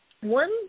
one